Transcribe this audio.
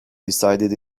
decided